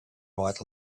right